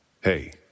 Hey